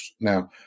Now